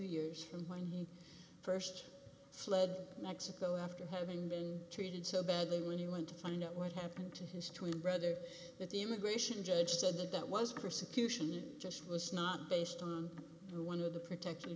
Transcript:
years from when he first fled mexico after having been treated so badly when he went to find out what happened to his twin brother at the immigration judge said that that was persecution it just was not based on who one of the protect